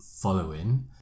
following